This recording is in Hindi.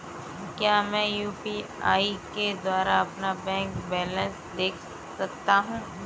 क्या मैं यू.पी.आई के द्वारा अपना बैंक बैलेंस देख सकता हूँ?